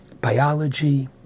biology